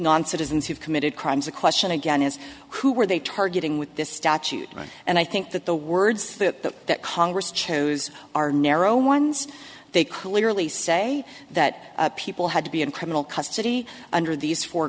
non citizens who've committed crimes the question again is who were they targeting with this statute and i think that the words that that congress chose are narrow ones they clearly say that people had to be in criminal custody under these four